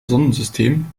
sonnensystem